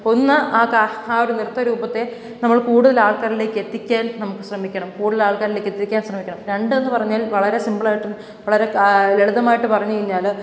ഒന്ന് ആ കാ ആ ഒരു നൃത്ത രൂപത്തെ നമ്മൾ കൂടുതലാൾക്കാരിലേക്ക് എത്തിക്കാൻ നമുക്ക് ശ്രമിക്കണം കൂടുതലാൾക്കാരിലേക്ക് എത്തിക്കാൻ ശ്രമിക്കണം രണ്ടെന്നു പറഞ്ഞാൽ വളരെ സിമ്പിളായിട്ട് വളരെ ലളിതമായിട്ടു പറഞ്ഞു കഴിഞ്ഞാൽ